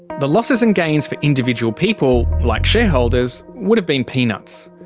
the losses and gains for individual people like shareholders would have been peanuts.